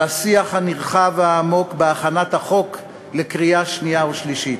על השיח הנרחב והעמוק בהכנת החוק לקריאה שנייה ושלישית,